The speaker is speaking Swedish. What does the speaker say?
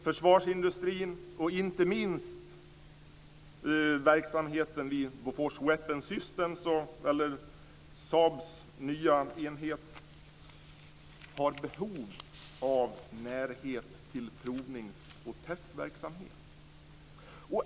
Försvarsindustrin, inte minst verksamheten vid Bofors Weapon Systems eller Saabs nya enhet, har behov av närhet till provnings och testverksamhet.